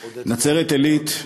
נצרת-עילית,